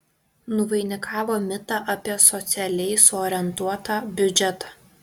nuvainikavo mitą apie socialiai suorientuotą biudžetą